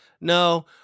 No